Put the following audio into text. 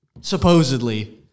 Supposedly